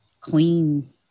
clean